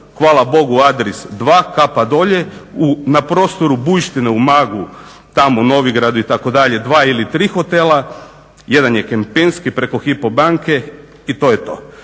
hvala Bogu Adris 2 kapa dolje, na prostoru Bujštine u Umagu tamo Novigrad itd. 2 ili 3 hotela jedan je Kempinski preko HYPO banke i to je to.